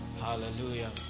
Hallelujah